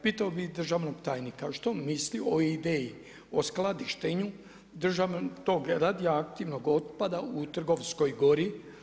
Pitao bih državnog tajnika što misli o ideji o skladištenju tog radioaktivnog otpada u Trgovskoj gori?